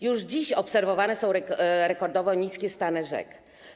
Już dziś obserwowane są rekordowo niskie stany rzek.